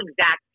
exact